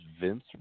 vince